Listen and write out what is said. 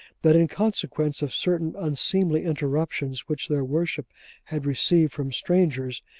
that in consequence of certain unseemly interruptions which their worship had received from strangers,